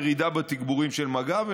ירידה בתגבורים של מג"ב.